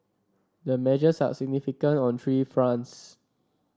the measures are significant on three fronts